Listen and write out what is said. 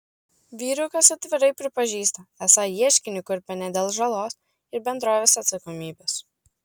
vyrukas atvirai prisipažįsta esą ieškinį kurpia ne dėl žalos ir bendrovės atsakomybės